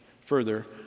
further